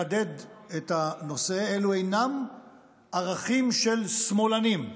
לחדד את הנושא: אלו אינם ערכים של שמאלנים.